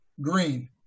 green